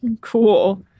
cool